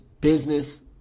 business